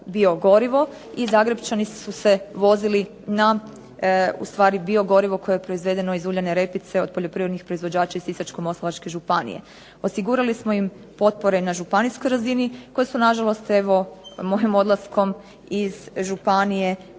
biogorivo i Zagrepčani su se vozili na biogorivo koje je proizvedeno iz uljane repice od poljoprivrednih proizvođača iz Sisačko-moslavačke županije. Osigurali smo im potpore na županijskoj razini koje su nažalost evo mojim odlaskom iz županije